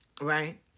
right